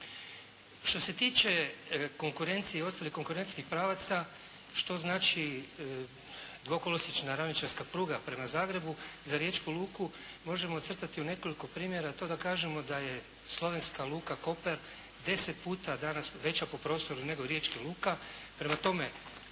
Što se tiče konkurencije i ostalih konkurencijskih pravaca što znači dvokolosječna ravničarska pruga prema Zagrebu za riječku luku možemo ocrtati u nekoliko primjera to da kažemo da je slovenska luka Koper 10 puta danas veća po prostoru nego riječka luka.